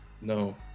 No